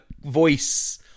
voice